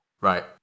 right